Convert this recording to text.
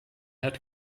hat